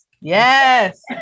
Yes